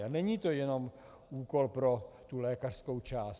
A není to jenom úkol pro tu lékařskou část.